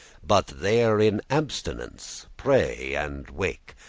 but there in abstinence pray and wake,